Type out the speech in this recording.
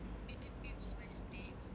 make dates